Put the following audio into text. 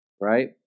right